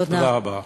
תודה רבה.